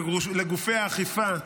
לגופי האכיפה,